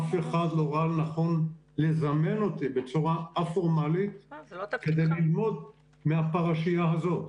אף אחד לא ראה לנכון לזמן אותי בצורה א-פורמלית כדי ללמוד מהפרשיה הזאת.